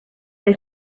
they